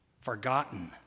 forgotten